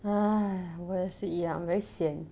哎我也是一样 very sian